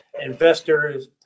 investors